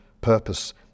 purpose